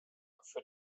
für